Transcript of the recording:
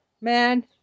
man